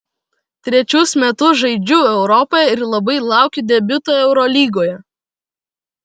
trečius metus žaidžiu europoje ir labai laukiu debiuto eurolygoje